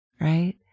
right